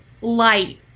light